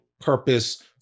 purpose